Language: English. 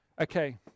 Okay